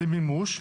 למימוש.